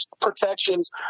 protections